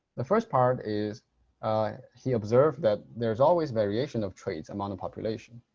the first part is he observed that there's always variation of traits among a population